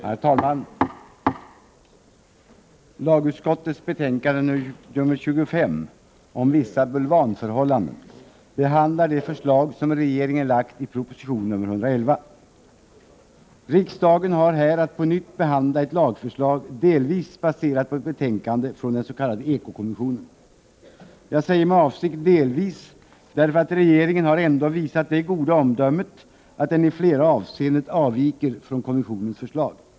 Herr talman! Lagutskottets betänkande nr 25 om vissa bulvanförhållanden behandlar de förslag som regeringen lagt fram i proposition nr 111. Riksdagen har här att på nytt behandla ett lagförslag som delvis är baserat på ett betänkande från den s.k. Eko-kommissionen. Jag säger med avsikt ”delvis”, därför att regeringen ändå har visat det goda omdömet att den i flera avseenden avviker från kommissionens förslag.